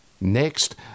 Next